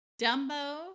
Dumbo